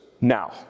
now